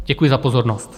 Děkuji za pozornost.